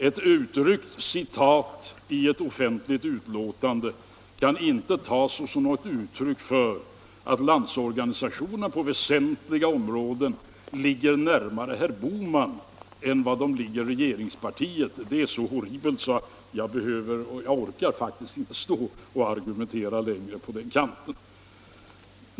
Ett lösryckt citat ur ett offentligt utlåtande kan inte tas som uttryck för att Landsorganisationen på väsentliga områden ligger närmare herr Bohman än regeringspartiet. Det är så horribelt att jag inte behöver och förresten inte heller orkar argumentera längre på den punkten.